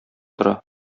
тора